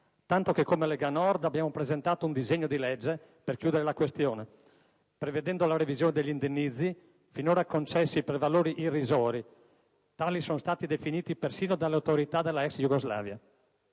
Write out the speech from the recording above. tanto che come Lega Nord abbiamo presentato un disegno di legge per chiudere la questione, prevedendo la revisione degli indennizzi, finora concessi per valori irrisori (tali sono stati definiti persino dalle autorità della *ex* Jugoslavia!).